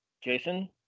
Jason